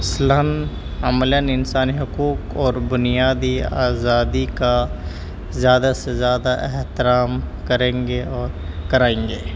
مثلاََ عملاََ انسانی حقوق اور بنیادی آزادی کا زیادہ سے زیادہ احترام کریں گے اور کرائیں گے